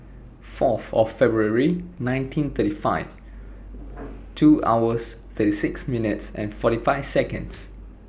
Fourth of February nineteen thirty five two hours thirty six minutes and forty five Seconds